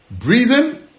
Breathing